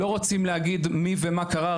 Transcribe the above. לא רוצים להגיד מי ומה קרה.